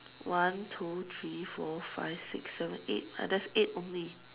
one two three four five six seven eight ya there's eight only